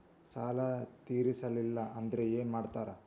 ಸಾಲ ತೇರಿಸಲಿಲ್ಲ ಅಂದ್ರೆ ಏನು ಮಾಡ್ತಾರಾ?